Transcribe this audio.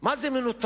מה זה מנוטרל?